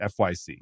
FYC